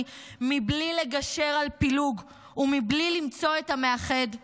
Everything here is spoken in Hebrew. מבלי לגשר על פילוג ומבלי למצוא את המאחד,